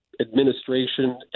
administration